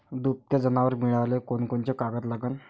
दुभते जनावरं मिळाले कोनकोनचे कागद लागन?